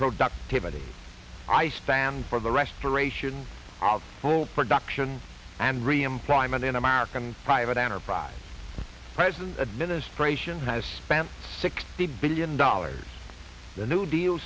productively i stand for the restoration of all production and reemployment in american private enterprise present administration has spent sixty billion dollars the new deal